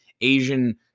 Asian